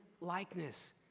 likeness